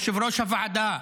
יושב-ראש הוועדה,